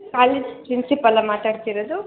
college ಪ್ರಿನ್ಸಿಪಲಾ ಮಾತಾಡ್ತಿರೋದು